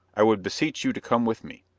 i would beseech you to come with me,